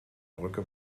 brücke